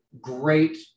great